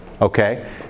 okay